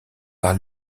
par